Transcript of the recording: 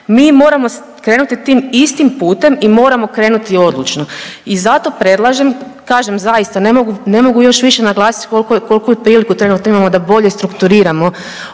Mi moramo krenuti tim istim putem i moramo krenuti odlučno. I zato predlažem, kažem zaista, ne mogu, ne mogu još više naglasiti koliku priliku trenutno imamo da bolje strukturiramo